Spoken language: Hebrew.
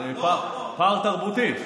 זה פער תרבותי.